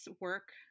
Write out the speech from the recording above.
work